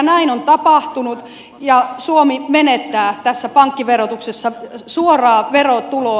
näin on tapahtunut ja suomi menettää tässä pankkiverotuksessa suoraa verotuloa